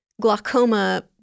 glaucoma